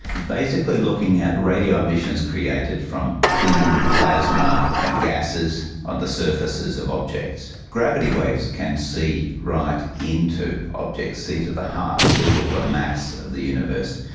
is basically looking at radio emissions created from thin plasma and gases on the surfaces of objects. gravity waves can see right into objects, see to the heart, see all the mass of the universe.